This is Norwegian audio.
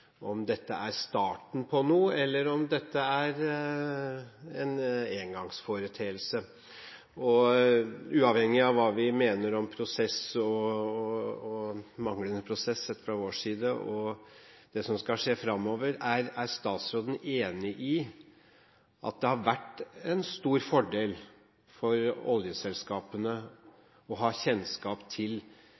om dette er starten på noe eller om dette er en engangsforeteelse. Uavhengig av hva vi mener om prosess – og manglende prosess, sett fra vår side – og det som skal skje fremover: Er statsråden enig i at det har vært en stor fordel for oljeselskapene å ha kjennskap til